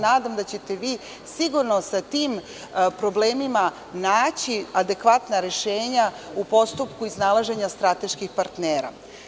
Nadam se da ćete vi sigurno sa tim problemima naći adekvatna rešenja u postupku iznalaženja strateških partnera.